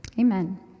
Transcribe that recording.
Amen